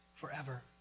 forever